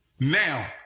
Now